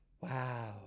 wow